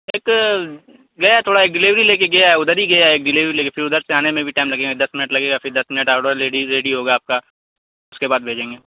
ایک گیا ہے تھوڑا ایک ڈلیوری لے کے گیا ہے ادھر ہی گیا ہے ایک ڈلیوری لے کے پھر ادھر سے آنے میں بھی ٹائم لگے گا دس منٹ لگے گا پھر دس منٹ آڈر ریڈی ریڈی ہوگا آپ کا اس کے بعد بھیجیں گے